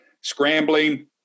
scrambling